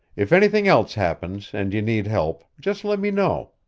if anything else happens, and you need help, just let me know.